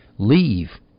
Leave